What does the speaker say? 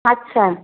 আচ্ছা